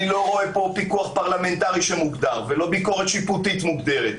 אני לא רואה פה פיקוח פרלמנטרי שמוגדר ולא ביקורת שיפוטית מוגדרת.